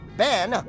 Ben